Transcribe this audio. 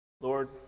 Lord